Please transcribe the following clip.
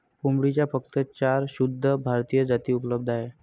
कोंबडीच्या फक्त चार शुद्ध भारतीय जाती उपलब्ध आहेत